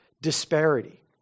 disparity